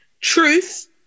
truth